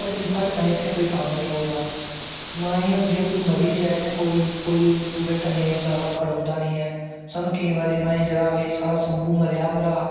पर साढ़े तांई इत्थें कोई कम्म नी होआ दा जो कोई मरी बी जाए ते कोई ओह्दे कन्नैं खड़ोदा नी ऐ स्हानू केईं बारी साढ़े शम्भू मरेआ हा भ्राह्